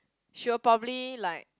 she will probably like